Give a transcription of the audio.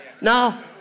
No